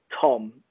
Tom